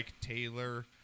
Taylor